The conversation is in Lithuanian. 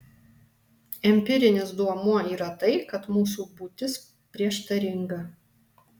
empirinis duomuo yra tai kad mūsų būtis prieštaringa